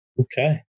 Okay